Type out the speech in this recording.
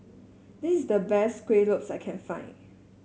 this is the best Kueh Lopes that I can find